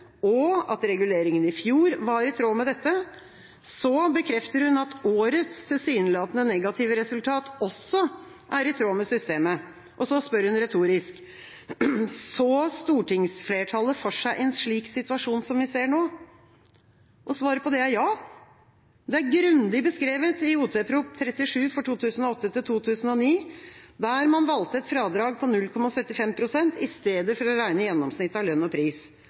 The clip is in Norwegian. og at reguleringa i fjor var i tråd med dette. Så bekrefter hun at årets tilsynelatende negative resultat også er i tråd med systemet. Så spør hun retorisk: Så stortingsflertallet for seg en slik situasjon, som vi nå ser? Svaret på det er ja. Det er grundig beskrevet i Ot.prp. nr. 37 for 2008–2009, der man valgte et fradrag på 0,75 pst. i stedet for å regne gjennomsnitt av lønn og pris.